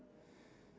you